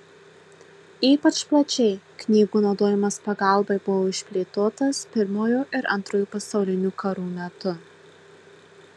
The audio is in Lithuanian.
ypač plačiai knygų naudojimas pagalbai buvo išplėtotas pirmojo ir antrojo pasaulinių karų metu